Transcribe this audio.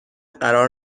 قرار